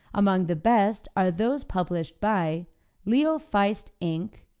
among the best are those published by leo feist, inc,